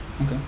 Okay